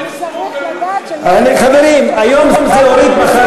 תמסור את זה לאורית סטרוק, אני מציע.